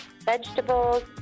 vegetables